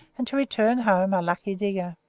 and to return home a lucky digger.